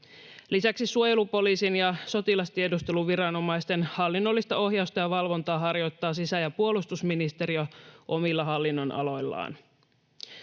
Lisäksi suojelupoliisin ja sotilastiedusteluviranomaisten hallinnollista ohjausta ja valvontaa harjoittavat sisä‑ ja puolustusministeriöt omilla hallinnonaloillaan.